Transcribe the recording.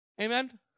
Amen